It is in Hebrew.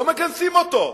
לא מכנסים אותו.